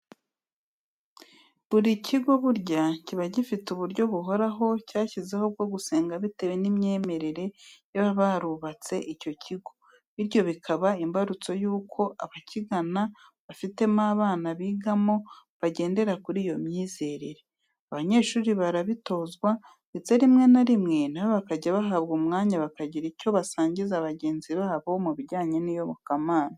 Buri kigo burya kiba gifite uburyo buhoraho cyashyizeho bwo gusenga bitewe n'imyemerere y'ababa barubatse icyo kigo bityo bikaba imbarutso y'uko abakigana bafitemo abana bigamo bagendera kuri iyo myizerere. Abanyeshuri barabitozwa ndetse rimwe na rimwe na bo bakajya bahabwa umwanya bakagira icyo basangiza bagenzi babo mu bijyanye n'iyobokamana.